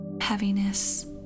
heaviness